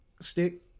Stick